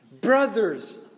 brothers